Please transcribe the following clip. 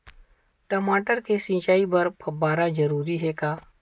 टमाटर के सिंचाई बर फव्वारा जरूरी हे का?